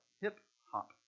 hip-hop